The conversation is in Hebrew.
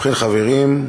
ובכן, חברים,